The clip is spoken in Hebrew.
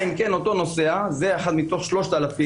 אם כן אותו נוסע אותו אחד מתוך 3,000